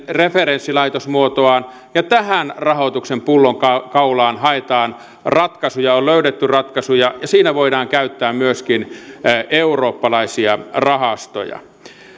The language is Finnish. referenssilaitosmuotoaan ja tähän rahoituksen pullonkaulaan haetaan ratkaisuja on löydetty ratkaisuja ja siinä voidaan käyttää myöskin eurooppalaisia rahastoja